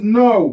no